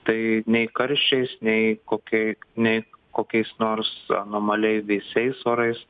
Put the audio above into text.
tai nei karščiais nei kokiai nei kokiais nors anomaliai vėsiais orais